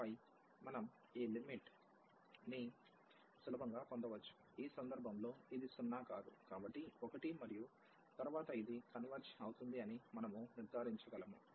ఆపై మనము ఈ లిమిట్ ని సులభంగా పొందవచ్చు ఈ సందర్భంలో ఇది సున్నా కాదు కాబట్టి 1 మరియు తరువాత ఇది కన్వెర్జ్ అవుతుంది అని మనము నిర్ధారించగలము